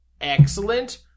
excellent